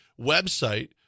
website